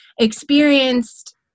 experienced